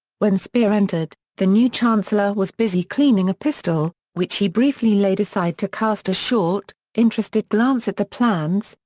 when speer entered, the new chancellor was busy cleaning a pistol, which he briefly laid aside to cast a short, interested glance at the plans,